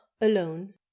ALONE